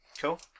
cool